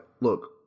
look